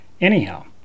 Anyhow